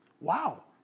wow